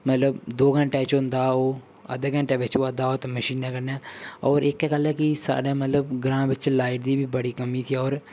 मतलब दो घैन्टे च होंदा हा ओह् अद्धे घैन्टे बिच्च होआ दा उस मशीन कन्नै होर इक गल्ल ऐ कि साढ़ै मतलब ग्रांऽ बिच्च लाइट दी बी बड़ी कमी थी होर